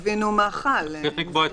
אני חושבת שזה כן צריך לבוא לידי ביטוי פה,